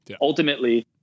ultimately